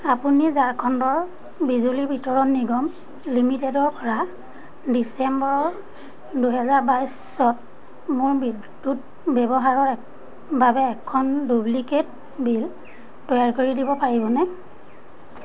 আপুনি ঝাৰখণ্ডৰ বিজুলী বিতৰণ নিগম লিমিটেডৰপৰা ডিচেম্বৰৰ দুহেজাৰ বাইছত মোৰ বিদ্যুৎ ব্যৱহাৰৰ বাবে এখন ডুপ্লিকেট বিল তৈয়াৰ কৰি দিব পাৰিবনে